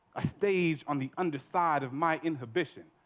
a stage on the under side of my inhibition.